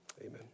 amen